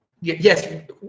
yes